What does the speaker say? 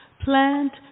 Plant